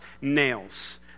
nails